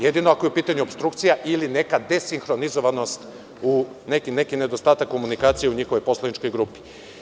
Jedino ako je u pitanju opstrukcija ili neka desinhronizovanost u neki nedostatak komunikacije u njihovoj poslaničkoj grupi.